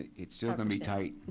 it's still gonna be tight.